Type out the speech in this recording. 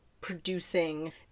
producing